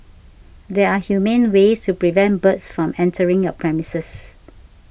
there are humane ways to prevent birds from entering your premises